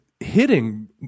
hitting